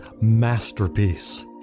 masterpiece